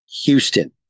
Houston